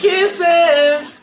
Kisses